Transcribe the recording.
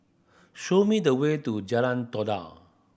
show me the way to Jalan Todak